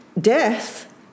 death